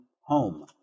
home